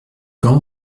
quand